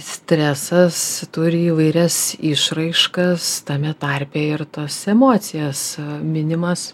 stresas turi įvairias išraiškas tame tarpe ir tas emocijas minimas